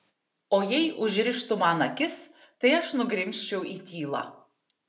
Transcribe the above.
o jei užrištų man akis tai aš nugrimzčiau į tylą